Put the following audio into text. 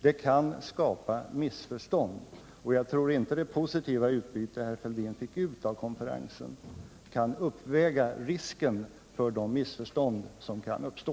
Det kan skapa missförstånd, och jag tror inte det positiva som herr Fälldin fick ut av konferensen kan uppväga risken för de missförstånd som kan uppstå.